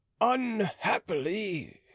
unhappily